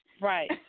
right